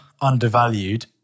undervalued